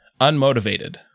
unmotivated